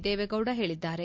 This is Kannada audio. ದೇವೇಗೌಡ ಹೇಳಿದ್ದಾರೆ